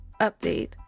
update